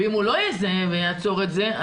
ואם הוא לא יזהה ויעצור את זה,